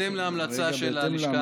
בהתאם להמלצה של הלשכה המשפטית.